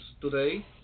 today